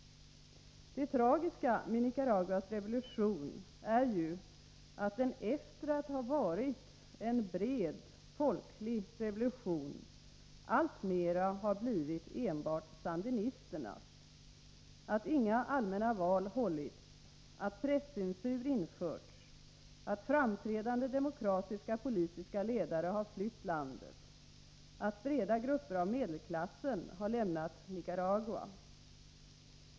Det tragiska med Nicaraguas revolution är ju att den efter att ha varit en bred folklig revolution alltmera har blivit enbart sandinisternas, att inga allmänna val hållits, att presscensur införts, att framträdande demokratiska politiska ledare har flytt landet, att breda grupper av medelklassen har lämnat Nicaragua.